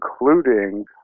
including